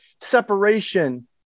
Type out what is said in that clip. separation